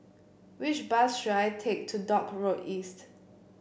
which bus should I take to Dock Road East